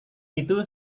itu